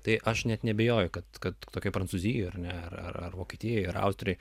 tai aš net neabejoju kad kad tokioj prancūzijoj ir vokietijoj ar austrijoj